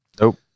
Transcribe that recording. Nope